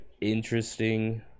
interesting